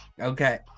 okay